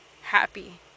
happy